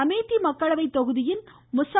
அமேதி மக்களவை தொகுதியின் முஸா